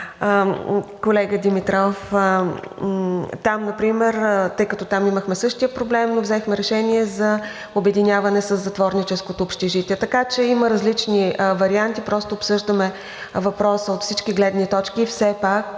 колегата Димитров, тъй като там например имахме същия проблем, но взехме решение за обединяване със затворническото общежитие. Има различни варианти. Просто обсъждаме въпроса от всички гледни точки. Все пак